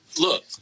Look